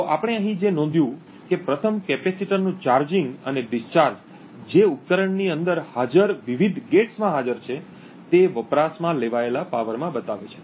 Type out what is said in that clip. તો આપણે અહીં જે નોંધ્યું કે પ્રથમ કેપેસિટરનું ચાર્જિંગ અને ડિસ્ચાર્જ જે ઉપકરણની અંદર હાજર વિવિધ ગૅટ્સ માં હાજર છે તે વપરાશમાં લેવાયેલા પાવરમાં બતાવે છે